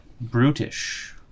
brutish